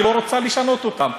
היא לא רוצה לשנות אותם.